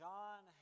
John